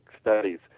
studies